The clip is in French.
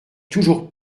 toujours